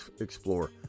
explore